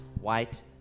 white